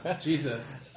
Jesus